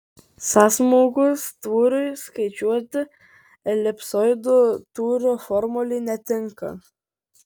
sąsmaukos tūriui skaičiuoti elipsoido tūrio formulė netinka